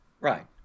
Right